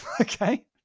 Okay